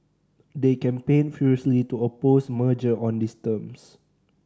they campaigned furiously to oppose merger on these terms